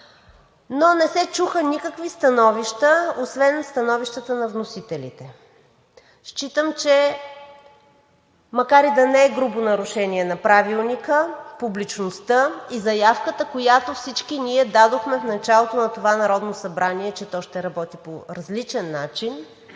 но не се чуха никакви становища, освен становищата на вносителите. Считам, че макар и да не е грубо нарушение на Правилника, публичността и заявката, която всички ние дадохме в началото на това Народно събрание, че то ще работи по различен начин,